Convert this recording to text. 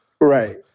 Right